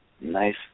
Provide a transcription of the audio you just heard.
nice